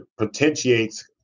potentiates